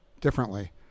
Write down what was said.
differently